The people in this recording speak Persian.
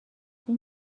این